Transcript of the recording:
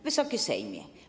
Wysoki Sejmie!